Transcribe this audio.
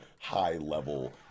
high-level